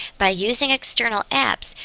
by using external apps,